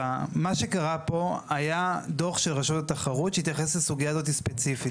מה שקרה פה היה דוח של רשות התחרות שהתייחס לסוגיה הזאת ספציפית.